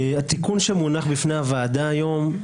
התיקון שמונח בפני הוועדה היום,